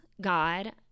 God